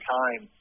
time